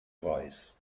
weiß